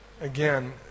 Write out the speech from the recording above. Again